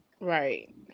Right